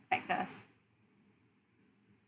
factors